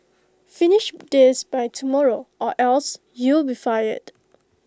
finish this by tomorrow or else you'll be fired